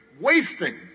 wasting